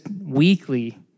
weekly